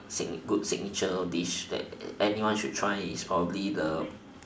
good sig~ good signature dish that anyone should try is probably the